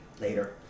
Later